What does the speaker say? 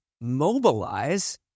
mobilize